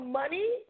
money